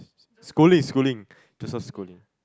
schooling schooling Joseph-Schooling